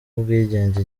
ubwigenge